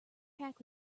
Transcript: pack